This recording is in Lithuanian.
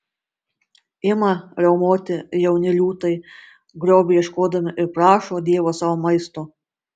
ima riaumoti jauni liūtai grobio ieškodami ir prašo dievą sau maisto